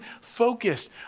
focused